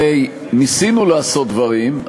הרי ניסינו לעשות דברים,